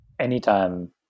Anytime